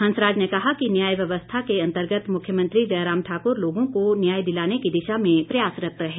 हंसराज ने कहा कि न्याय व्यवस्था के अंतर्गत मुख्यमंत्री जयराम ठाकुर लोगों को न्याय दिलाने की दिशा में प्रयासरत है